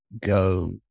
go